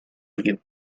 you